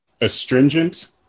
astringent